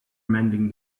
mending